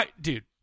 dude